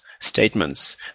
statements